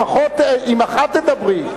לפחות עם אחת תדברי.